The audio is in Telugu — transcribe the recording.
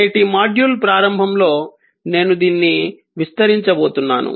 నేటి మాడ్యూల్ ప్రారంభంలో నేను దీన్ని విస్తరించబోతున్నాను